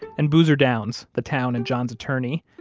and boozer downs, the town and john's attorney,